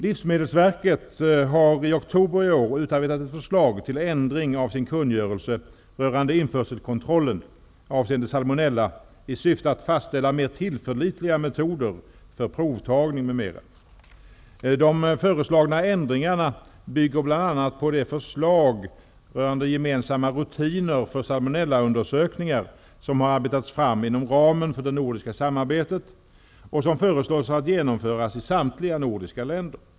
Livsmedelsverket har i oktober i år utabetat ett förslag till ändring av sin kungörelse rörande införselkontrollen avseende salmonella i syfte att fastställa mer tillförlitliga metoder för provtagning m.m. De föreslagna ändringarna bygger bl.a. på det förslag rörande gemensamma rutiner för salmonellaundersökningar som har arbetats fram inom ramen för det nordiska samarbetet och som föreslås att genomföras i samtliga nordiska länder.